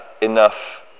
enough